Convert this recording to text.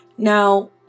Now